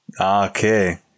Okay